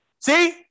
See